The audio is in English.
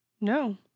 No